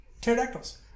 pterodactyls